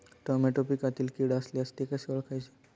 Tomato पिकातील कीड असल्यास ते कसे ओळखायचे?